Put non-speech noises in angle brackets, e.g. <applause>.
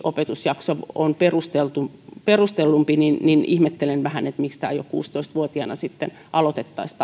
opetusjakso on perustellumpi ihmettelen vähän miksi tämä ajokortin opettelu jo kuusitoista vuotiaana aloitettaisiin <unintelligible>